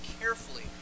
carefully